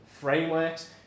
frameworks